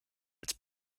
als